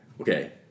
Okay